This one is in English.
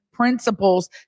principles